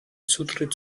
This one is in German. zutritt